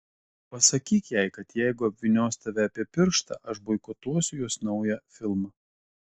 pasakyk jai kad jeigu apvynios tave apie pirštą aš boikotuosiu jos naują filmą